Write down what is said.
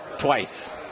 Twice